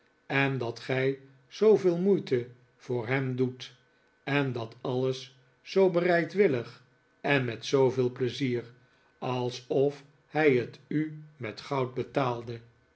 en dat gij zooveel moeite voor hem doet en dat alles zoo bereidwillig en met zooveel pleizier alsof hij het u met goud betaalde